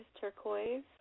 turquoise